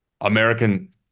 American